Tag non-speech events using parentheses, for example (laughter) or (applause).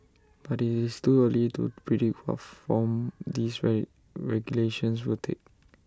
but IT is too early to predict what form these (unintelligible) regulations will take